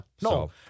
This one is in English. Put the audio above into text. No